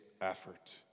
effort